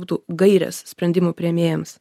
būtų gairės sprendimų priėmėjams